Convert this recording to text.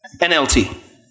NLT